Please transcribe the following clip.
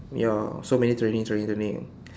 ya so many training training training